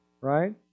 Right